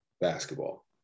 basketball